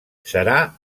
serà